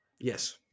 Yes